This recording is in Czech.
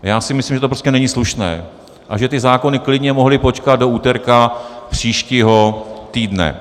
Já si myslím, že to prostě není slušné a že ty zákony klidně mohly počkat do úterý příštího týdne.